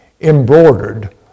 embroidered